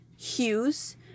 Hues